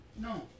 No